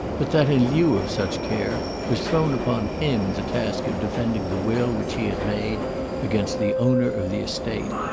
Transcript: but that, in lieu of such care, was thrown upon him the task of defending the will which he had made against the owner of the estate.